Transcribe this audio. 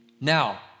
Now